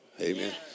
Amen